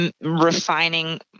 refining